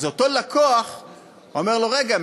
אז אותו לקוח אומר לו: רגע,